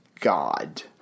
God